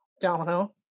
Domino